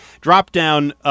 drop-down